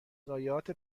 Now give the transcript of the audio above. ضایعات